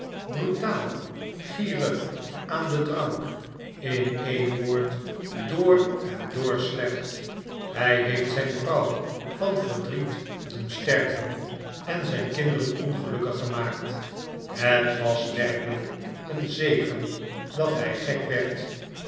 brutaal gierig aan den drank in een woord door en door slecht hij heeft zijn vrouw van verdriet doen sterven en zijn kinderen ongelukkig gemaakt het was werkelijk een zegen dat hij gek werd